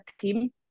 team